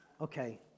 Okay